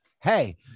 hey